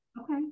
okay